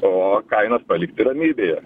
o kainas palikti ramybėje